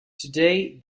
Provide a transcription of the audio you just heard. today